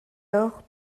lors